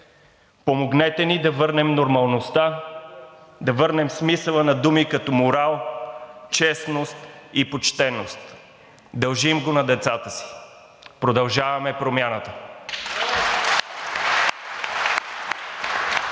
Помогнете ни да върнем нормалността, да върнем смисъла на думи като морал, честност и почтеност. Дължим го на децата си. Продължаваме промяната! (Народните